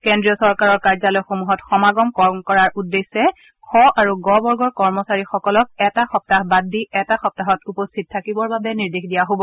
কেন্দ্ৰীয় চৰকাৰৰ কাৰ্যালয়সমূহত সমাগম কম কৰাৰ উদ্দেশ্যে খ আৰু গ বৰ্গৰ কৰ্মচাৰীসকলক এটা সপ্তাহ বাদ দি এটা সপ্তাহত উপস্থিত থাকিবৰ বাবে নিৰ্দেশ দিয়া হব